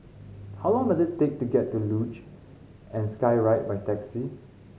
how long does it take to get to Luge and Skyride by taxi